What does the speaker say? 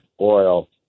oil